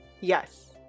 Yes